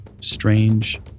strange